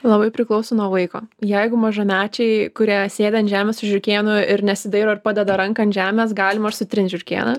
labai priklauso nuo vaiko jeigu mažamečiai kurie sėdi ant žemės su žiurkėnu ir nesidairo ir padeda ranką ant žemės galima ir sutrint žiurkėną